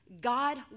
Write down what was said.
God